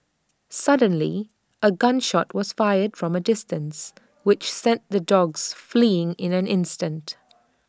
suddenly A gun shot was fired from A distance which sent the dogs fleeing in an instant